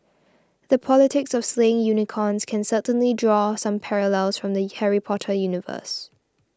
the politics of slaying unicorns can certainly draw some parallels from the Harry Potter universe